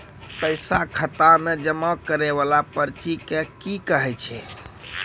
पैसा खाता मे जमा करैय वाला पर्ची के की कहेय छै?